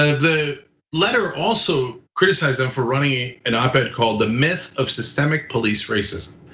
ah the letter also criticized them for running an op-ed called the myth of systemic police racism.